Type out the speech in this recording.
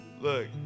Look